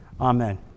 Amen